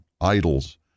idols